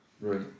Right